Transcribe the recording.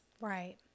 Right